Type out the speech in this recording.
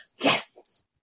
yes